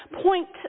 point